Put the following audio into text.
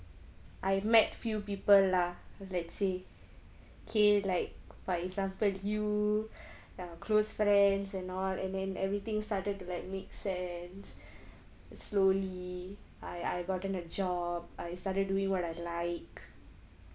I met few people lah let's say kay like for example you our close friends and all and then everything started to like make sense slowly I I gotten a job I started doing what I like